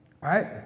Right